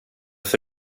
för